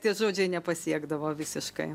tie žodžiai nepasiekdavo visiškai